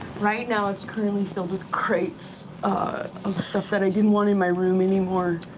right now it's currently filled with crates of stuff that i didn't want in my room anymore.